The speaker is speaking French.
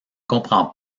comprend